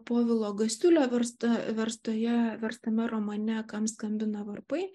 povilo gasiulio versta verstoje verstame romane kam skambina varpai